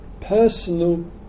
personal